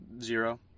zero